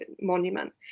monument